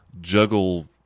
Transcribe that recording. juggle